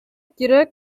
кирәк